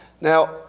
Now